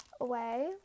away